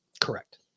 Correct